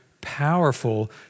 powerful